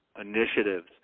initiatives